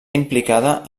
implicada